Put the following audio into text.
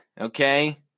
Okay